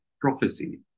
prophecy